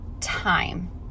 time